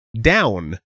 down